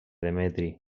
demetri